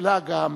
חלחלה גם